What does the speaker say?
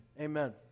Amen